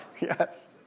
Yes